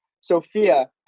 sophia